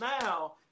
now